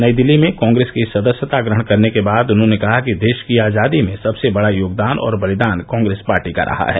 नई दिल्ली में कॉग्रेस की सदस्यता ग्रहण करने के बाद उन्होंने कहा कि देश की आजादी में सबसे बड़ा योगदान और बलिदान कॉग्रेस पार्टी का रहा है